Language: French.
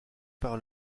par